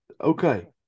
Okay